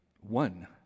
One